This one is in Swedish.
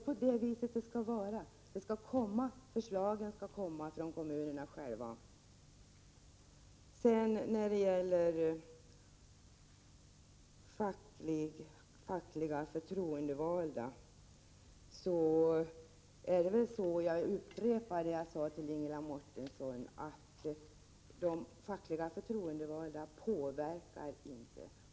Så skall det också vara: förslagen skall komma från kommunerna själva. När det gäller fackligt förtroendevalda upprepar jag vad jag sade till Ingela Mårtensson: De fackligt förtroendevalda påverkar inte.